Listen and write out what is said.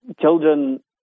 children